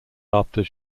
after